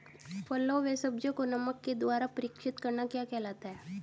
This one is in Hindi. फलों व सब्जियों को नमक के द्वारा परीक्षित करना क्या कहलाता है?